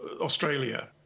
Australia